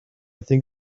think